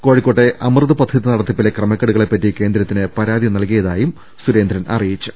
കോഴിക്കോട്ടെ അമൃത് പദ്ധതി നടത്തിപ്പിലെ ക്രമക്കേടുകളെ പറ്റി കേന്ദ്രത്തിന് പരാതി നൽകിയതായും സുരേന്ദ്രൻ അറിയിച്ചു